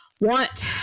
want